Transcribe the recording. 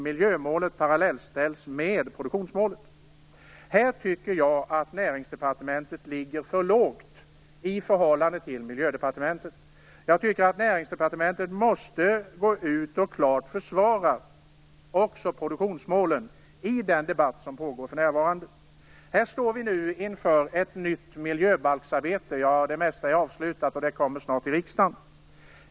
Miljömål parallellställs ju där med produktionsmål. Här tycker jag att Näringsdepartementet ligger för lågt i förhållande till Miljödepartementet. Näringsdepartementet måste gå ut och i den debatt som för närvarande pågår klart försvara också produktionsmålen. Nu står vi inför ett nytt miljöbalksarbete. Det mesta av det tidigare arbetet är avslutat och kommer snart till riksdagen.